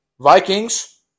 Vikings